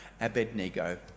Abednego